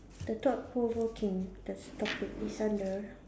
the thought provoking the topic is under